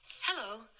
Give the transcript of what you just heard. Hello